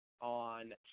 on